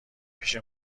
پیش